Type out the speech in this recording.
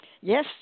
Yes